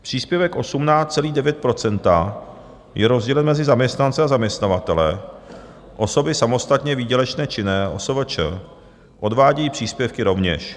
Příspěvek 18,9 % je rozdělen mezi zaměstnance a zaměstnavatele, osoby samostatně výdělečné činné, OSVČ, odvádějí příspěvky rovněž.